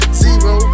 zero